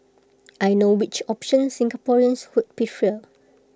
I know which option Singaporeans would prefer